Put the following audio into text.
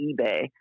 eBay